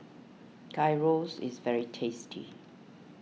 Gyros is very tasty